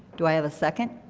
do i have a second?